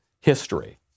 history